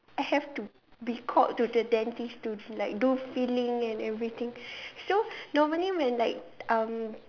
I have to be called to the dentist to like do filling and everything so normally when like um